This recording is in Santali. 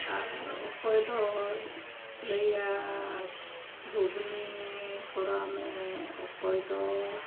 ᱟᱨ ᱚᱠᱚᱭ ᱫᱚᱭ ᱞᱟᱹᱭᱟ ᱜᱷᱩᱜᱽᱱᱤ ᱠᱚᱨᱟᱣ ᱢᱮ ᱚᱠᱚᱭ ᱫᱚ